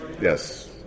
Yes